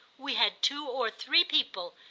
we had two or three people,